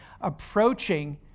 approaching